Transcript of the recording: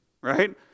right